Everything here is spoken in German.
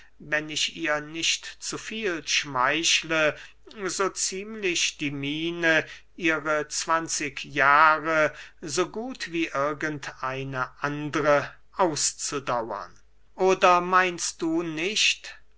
wenn ich ihr nicht zu viel schmeichle so ziemlich die miene ihre zwanzig jahre so gut wie irgend eine andere auszudauern oder meinst du nicht